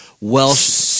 Welsh